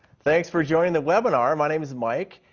thanks for joining the webinar. my name is mike,